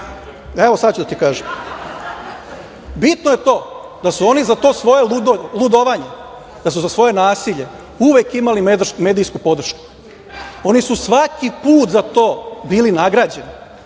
sad ću da ti kažem. Bitno je to da su oni za to svoje ludovanje, da su za svoje nasilje uvek imali medijsku podršku. Oni su svaki put za to bili nagrađeni.